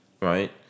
right